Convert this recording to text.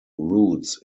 roots